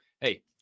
Hey